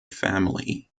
family